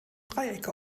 dreiecke